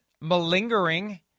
malingering